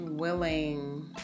Willing